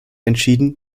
entschieden